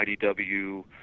IDW